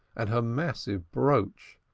and her massive brooch,